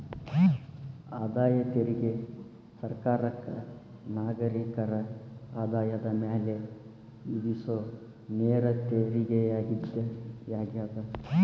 ಆದಾಯ ತೆರಿಗೆ ಸರ್ಕಾರಕ್ಕ ನಾಗರಿಕರ ಆದಾಯದ ಮ್ಯಾಲೆ ವಿಧಿಸೊ ನೇರ ತೆರಿಗೆಯಾಗ್ಯದ